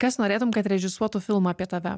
kas norėtum kad režisuotų filmą apie tave